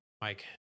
Mike